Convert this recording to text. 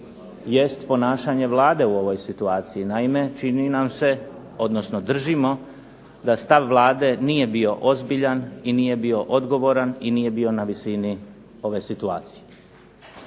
jest ponašanje Vlade u ovoj situaciji. Naime čini nam se, odnosno držimo da stav Vlade nije bio ozbiljan i nije odgovoran i nije bio na visini ove situacije.